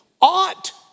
ought